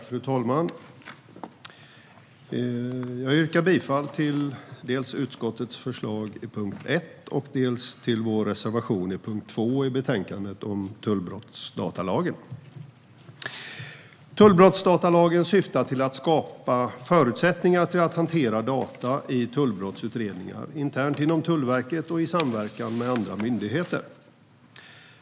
Fru talman! Jag yrkar bifall dels till utskottets förslag i punkt 1, dels till vår reservation i punkt 2 i betänkandet om tullbrottsdatalagen. Tullbrottsdatalagen syftar till att skapa förutsättningar för att hantera data i tullbrottsutredningar internt inom Tullverket och i samverkan med andra myndigheter.